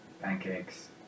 Pancakes